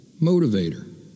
motivator